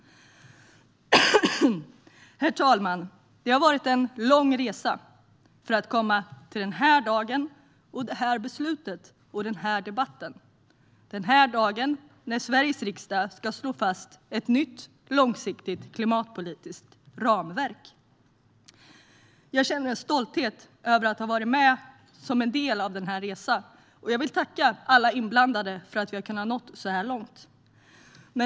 Herr talman! Det har varit en lång resa för att komma till den här dagen, det här beslutet och den här debatten - denna dag när Sveriges riksdag ska slå fast ett nytt långsiktigt klimatpolitiskt ramverk. Jag känner en stolthet över att ha varit en del av denna resa, och jag vill tacka alla inblandade för att vi har kunnat nå så här långt.